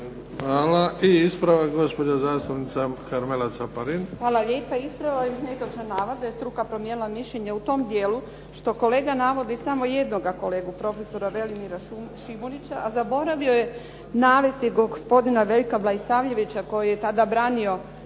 Hvala. I ispravak gospođa zastupnica Karmela Caparin. **Caparin, Karmela (HDZ)** Hvala lijepa. Ispravila bih netočni navod da je struka promijenila mišljenje u tom dijelu što kolega navodi samo jednoga kolegu profesora Velimira Šimunića, a zaboravio je navesti gospodina Veljka Vlaisavljevića koji je tada branio